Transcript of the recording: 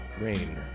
Rain